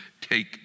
take